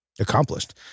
Accomplished